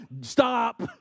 Stop